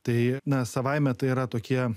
tai na savaime tai yra tokie